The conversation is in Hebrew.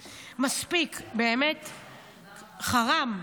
מספיק, באמת, חראם.